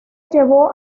llevó